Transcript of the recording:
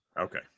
Okay